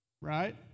right